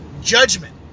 judgment